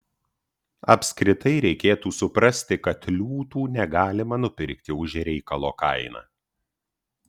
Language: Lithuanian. apskritai reikėtų suprasti kad liūtų negalima nupirkti už reikalo kainą